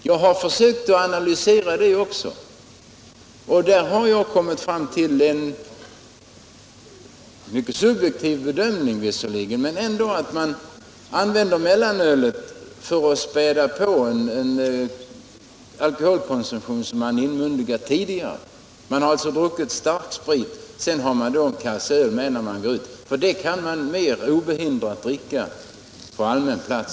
Jag har försökt analysera det också, och jag har kommit fram till en bedömning — visserligen mycket subjektiv — att man använder mellanölet för att späda på en tidigare alkoholkonsumtion. Man har alltså druckit starksprit och tar med en kasse mellanöl när man går ut — det kan man mera obehindrat dricka på allmän plats.